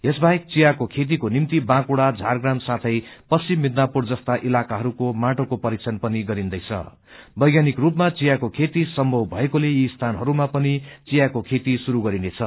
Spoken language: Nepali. यसबाहेक चियको खेतीको निम्ति बांबुड़ा झारग्राम साथै पश्चिम मिदनापुर जस्ता इलाकाहरूको माटोको परिक्षण पनि गरिन्दैछं वैज्ञानिक रूपमा चियाको खेती सम्भव भएकोले यी स्थानहरूमा पनि चियाको खेती शुरू गरिनेछ